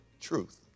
truth